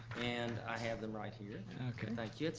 and i have them right here. and thank you.